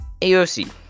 AOC